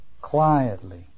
quietly